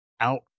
out